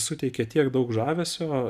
suteikia tiek daug žavesio